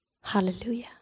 Hallelujah